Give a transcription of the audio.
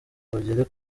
bagere